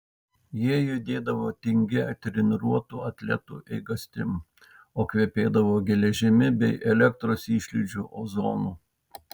jie judėdavo tingia treniruotų atletų eigastim o kvepėdavo geležimi bei elektros išlydžių ozonu